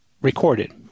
recorded